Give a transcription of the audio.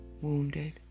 wounded